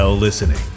listening